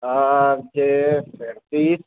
are J सैंतीस